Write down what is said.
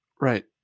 Right